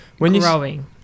growing